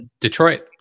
Detroit